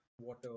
water